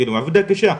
כאילו עבודה קשה,